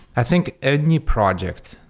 i think any project,